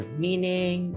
meaning